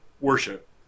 worship